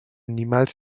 niemals